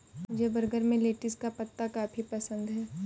मुझे बर्गर में लेटिस का पत्ता काफी पसंद है